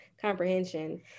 comprehension